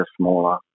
smaller